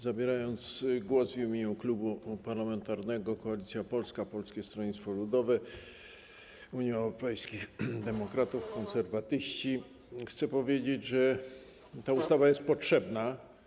Zabierając głos w imieniu Klubu Parlamentarnego Koalicja Polska - Polskie Stronnictwo Ludowe, Unia Europejskich Demokratów, Konserwatyści, chcę powiedzieć, że ta ustawa jest potrzebna.